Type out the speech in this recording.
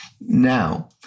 Now